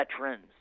veterans